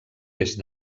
est